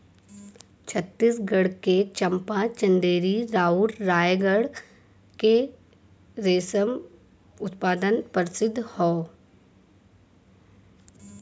छतीसगढ़ के चंपा, चंदेरी आउर रायगढ़ के रेशम उत्पादन केंद्र प्रसिद्ध हौ